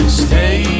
stay